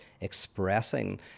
expressing